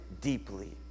deeply